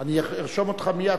אני ארשום אותך מייד.